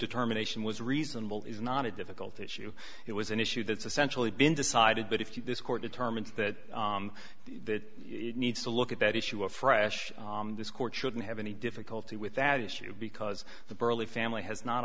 determination was reasonable is not a difficult issue it was an issue that's essentially been decided but if you this court determines that it needs to look at that issue afresh this court shouldn't have any difficulty with that issue because the burley family has not